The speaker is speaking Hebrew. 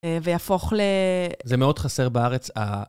ויהפוך ל... זה מאוד חסר בארץ ה...